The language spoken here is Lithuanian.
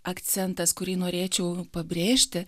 akcentas kurį norėčiau pabrėžti